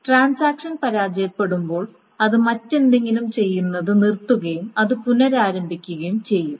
transaction പരാജയപ്പെടുമ്പോൾ അത് മറ്റെന്തെങ്കിലും ചെയ്യുന്നത് നിർത്തുകയും അത് പുനരാരംഭിക്കുകയും ചെയ്യും